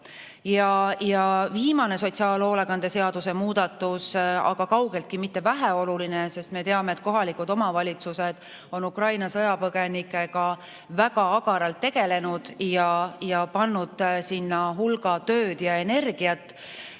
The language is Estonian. viimane sotsiaalhoolekande seaduse muudatus, aga kaugeltki mitte väheoluline. Me teame, et kohalikud omavalitsused on Ukraina sõjapõgenikega väga agaralt tegelenud ja pannud sinna hulga tööd ja energiat.